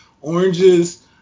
oranges